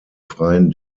freien